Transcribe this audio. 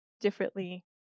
differently